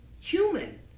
human